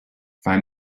find